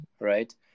right